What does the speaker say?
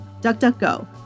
DuckDuckGo